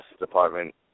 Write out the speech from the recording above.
Department